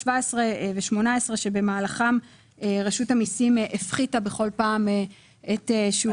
17 ו-18 במהלכם רשות המיסים הפחיתה בכל פעם את שיעורי המס.